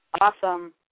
Awesome